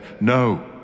No